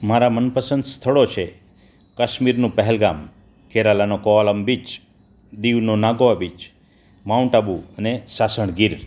મારા મનપસંદ સ્થળો છે કાશ્મીરનુ પેહલગામ કેરાલાનો કોવાલમ બીચ દિવનો નાગવા બીચ માઉન્ટ આબુ અને સાસણ ગીર